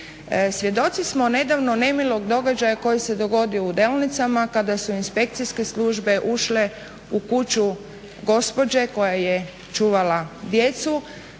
Svjedoci smo nedavno nemilog događaja koji se dogodio u Delnicama kada su inspekcijske službe ušle u kuću gospođe koja je čuvala djecu.